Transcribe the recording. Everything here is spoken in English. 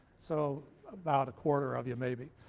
so about a quarter of you maybe.